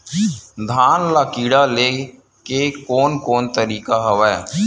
धान ल कीड़ा ले के कोन कोन तरीका हवय?